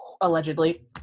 Allegedly